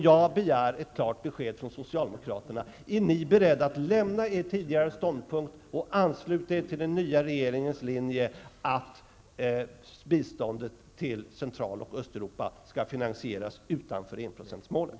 Jag begär ett klart besked från socialdemokraterna: Är ni beredda att överge er tidigare ståndpunkt och ansluta er till den nya regeringens linje att biståndet till Central och Östeuropa skall finansieras utanför enprocentsmålet?